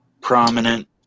prominent